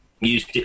use